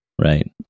right